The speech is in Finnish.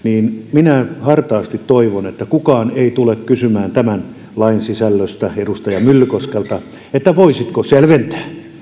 minä hartaasti toivon että kukaan ei tule kysymään tämän lain sisällöstä edustaja myllykoskelta että voisitko selventää